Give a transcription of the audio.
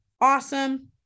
awesome